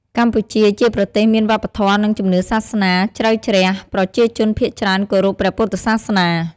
កម្ពុជា ជាប្រទេសមានវប្បធម៌ និងជំនឿសាសនាជ្រៅជ្រះ ប្រជាជនភាគច្រើនគោរពព្រះពុទ្ធសាសនា។